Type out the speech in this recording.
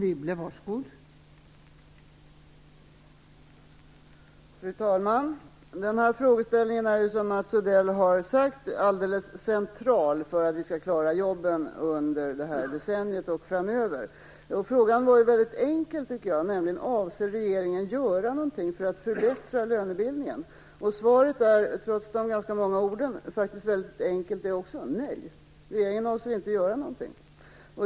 Fru talman! Denna frågeställning är, som Mats Odell redan har sagt, alldeles central för att vi skall klara jobben under det här decenniet och framöver. Frågan var mycket enkel, nämligen om regeringen avser att göra någonting för att förbättra lönebildningen. Svaret är, trots de ganska många orden, faktiskt väldigt enkel: Nej, regeringen avser inte att göra någonting.